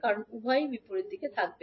কারণ উভয়ই বিপরীত দিকে থাকবে